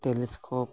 telescope